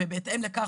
ובהתאם לכך,